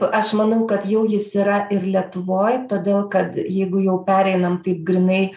aš manau kad jau jis yra ir lietuvoj todėl kad jeigu jau pereinam taip grynai